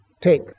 take